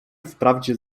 wprawdzie